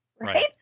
right